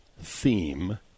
theme